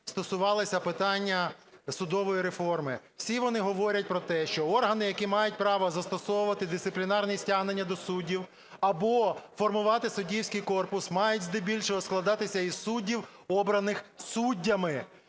стосувалися питання судової реформи. Всі вони говорять про те, що органи, які мають право застосовувати дисциплінарні стягнення до суддів або формувати суддівський корпус, мають здебільшого складатися із суддів, обраних суддями.